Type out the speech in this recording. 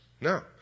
No